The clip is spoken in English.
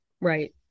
Right